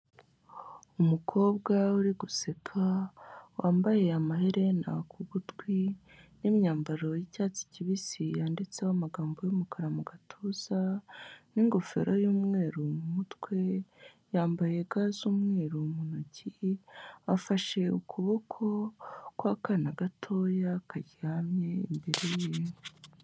Umukobwa uri guseka, wambaye amaherena ku gutwi n'imyambaro y'icyatsi kibisi yanditseho amagambo y'umukara mu gatuza, n'ingofero y'umweru mu mutwe, yambaye ga z'umweru mu ntoki, afashe ukuboko kw'akana gatoya karyamye imbere ye.